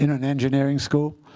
you know an engineering school.